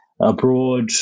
abroad